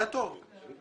היה תור.